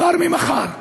כבר ממחר,